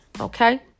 okay